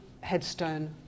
headstone